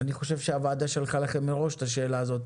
אני חושב שהוועדה שלחה לכם מראש את השאלה הזאת,